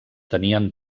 tenien